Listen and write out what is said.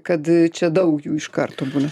kad čia daug jų iš karto būna